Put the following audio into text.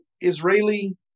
Israeli